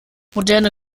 moderne